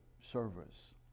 service